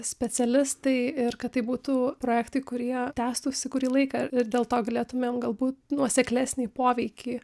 specialistai ir kad tai būtų projektai kurie tęstųsi kurį laiką ir dėl to galėtumėm galbūt nuoseklesnį poveikį